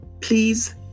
Please